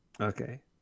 Okay